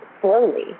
slowly